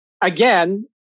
again